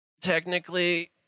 Technically